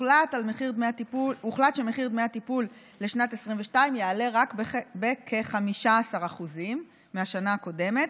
הוחלט שמחיר דמי הטיפול לשנת 2022 יעלה רק בכ-15% מהשנה הקודמת,